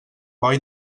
boi